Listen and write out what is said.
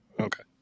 okay